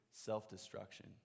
self-destruction